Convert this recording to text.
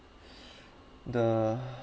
the